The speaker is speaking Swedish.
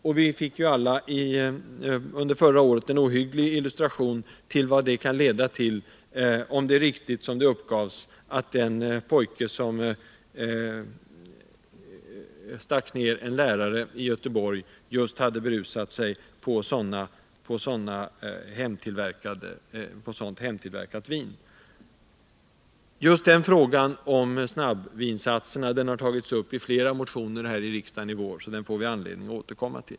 Och vi fick alla under förra året en ohygglig illustration av vad det kan leda till — om det är riktigt att den pojke som i Göteborg stack ner en lärare hade berusat sig på just sådant hemtillverkat vin. Frågan om snabbvinsatserna har i år tagits upp i flera motioner här i riksdagen, så den får vi anledning att återkomma till.